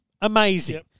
Amazing